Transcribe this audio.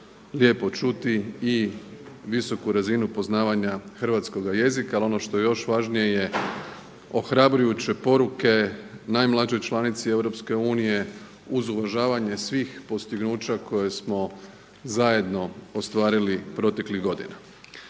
lijepo čuti i visoku razinu poznavanja hrvatskoga jezika, ali ono što je još važnije ohrabrujuće poruke najmlađoj članici EU uz uvažavanje svih postignuća koje smo zajedno ostvarili proteklih godina.